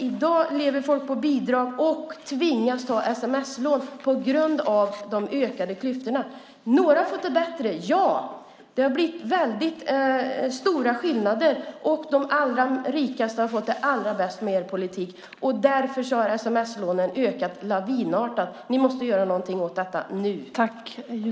I dag lever folk på bidrag och tvingas ta sms-lån på grund av de ökade klyftorna. Några har fått det bättre - ja. Det har blivit väldigt stora skillnader, och de allra rikaste har fått det allra bäst med er politik. Därför har sms-lånen ökat lavinartat. Ni måste göra något åt detta nu.